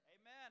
Amen